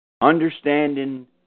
Understanding